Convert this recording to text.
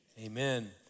Amen